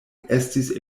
estis